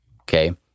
okay